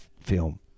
film